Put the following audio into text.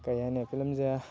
ꯀꯩꯍꯥꯏꯅꯤ ꯐꯤꯂꯝꯁꯦ